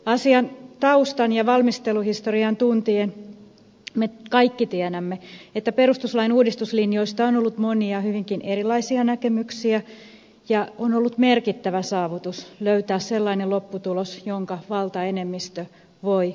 asian taustan ja valmisteluhistorian tuntien me kaikki tiedämme että perustuslain uudistuslinjoista on ollut monia hyvinkin erilaisia näkemyksiä ja on ollut merkittävä saavutus löytää sellainen lopputulos jonka valtaenemmistö voi hyväksyä